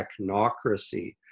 technocracy